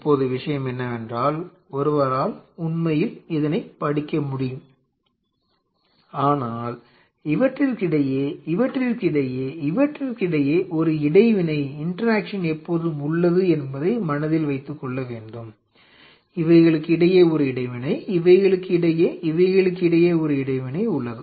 இப்போது விஷயம் என்னவென்றால் ஒருவரால் உண்மையில் இதனைப் படிக்க முடியும் ஆனால் இவற்றிக்கிடையே இவற்றிக்கிடையே இவற்றிக்கிடையே ஒரு இடைவினை எப்போதும் உள்ளது என்பதை மனதில் வைத்து கொள்ள வேண்டும் இவைகளுக்கு இடையே ஒரு இடைவினை இவைகளுக்கு இடையே இவைகளுக்கு இடையே ஒரு இடைவினை உள்ளது